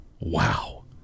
Wow